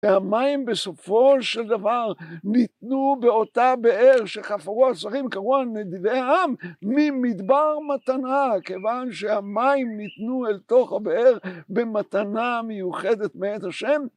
והמים בסופו של דבר ניתנו באותה באר שחפרו הזרים, קראו הנדיבי העם, ממדבר מתנה, כיוון שהמים ניתנו אל תוך הבאר במתנה מיוחדת מאת השם.